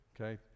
okay